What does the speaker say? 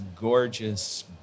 gorgeous